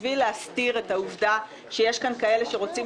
בשביל להסתיר את העובדה שיש כאן כאלה שרוצים